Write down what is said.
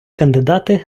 кандидати